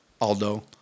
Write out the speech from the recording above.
Aldo